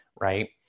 right